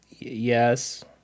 Yes